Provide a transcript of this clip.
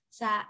sa